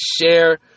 Share